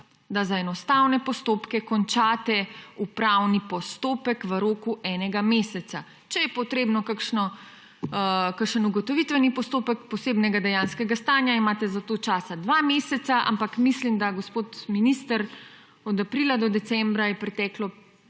da za enostavne postopke končate upravni postopek v roku enega meseca. Če je potreben kakšen ugotovitveni postopek posebnega dejanskega stanja, imate za to časa dva meseca. Ampak mislim, gospod minister, da od aprila do decembra je preteklo